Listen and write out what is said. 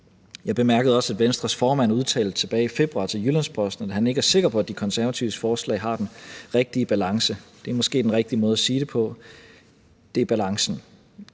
Jeg bemærkede også, at Venstres formand udtalte tilbage i februar til Jyllands-Posten, at han ikke er sikker på, at De Konservatives forslag har den rigtige balance. Det er måske den rigtige måde at sige det på: Det er balancen.